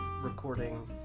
recording